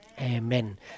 Amen